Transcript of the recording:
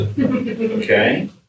Okay